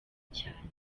cyane